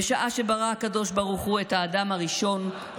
"בשעה שברא הקדוש ברוך הוא את אדם הראשון,